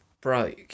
broke